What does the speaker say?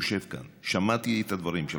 יושב כאן, ושמעתי את הדברים שלך,